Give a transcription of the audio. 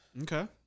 Okay